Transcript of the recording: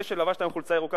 זה שלבשת היום חולצה ירוקה,